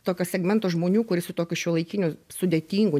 tokio segmento žmonių kuris tokiu šiuolaikiniu sudėtingu